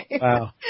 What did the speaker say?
Wow